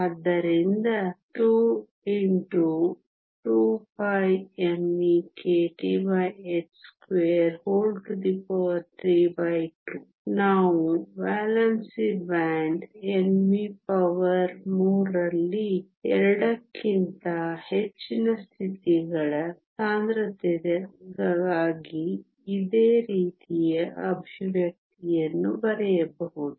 ಆದ್ದರಿಂದ 22πme kTh232 ನಾವು valency band Nv power 3 ರಲ್ಲಿ 2 ಕ್ಕಿಂತ ಹೆಚ್ಚಿನ ಸ್ಥಿತಿಗಳ ಸಾಂದ್ರತೆಗಾಗಿ ಇದೇ ರೀತಿಯ ಅಭಿವ್ಯಕ್ತಿಯನ್ನು ಬರೆಯಬಹುದು